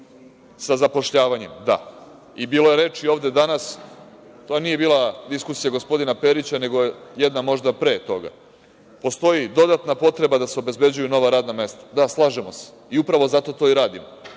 sa zapošljavanjem, da i bilo je reči ovde danas, to nije bila diskusija gospodina Perića, nego jedna možda pre toga. Postoji dodatna potreba da se obezbeđuju nova radna mesta. Da, slažemo se i upravo zato to i radimo,